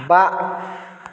बा